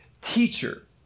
teacher